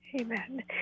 Amen